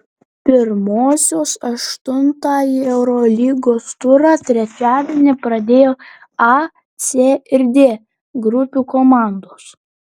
pirmosios aštuntąjį eurolygos turą trečiadienį pradėjo a c ir d grupių komandos